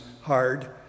hard